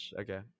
Okay